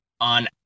on